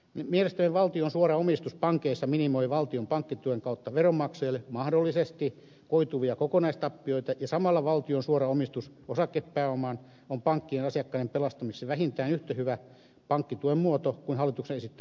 mielestäni valtion suora omistus pankeissa minimoi valtion pankkituen kautta veronmaksajille mahdollisesti koituvia kokonaistappioita ja samalla valtion suora omistus osakepääomaan on pankkien asiakkaiden pelastamiseksi vähintään yhtä hyvä pankkituen muoto kuin hallituksen esittämä pääomalaina